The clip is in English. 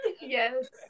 yes